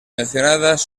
mencionadas